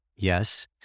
Yes